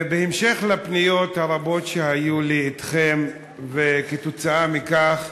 בהמשך לפניות הרבות שהיו לי אליכם, שכתוצאה מכך